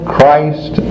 Christ